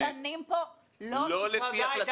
זה פשוט לא נכון.